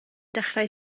dechrau